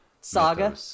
Saga